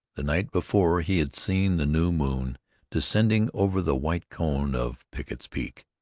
the night before, he had seen the new moon descending over the white cone of pickett's peak.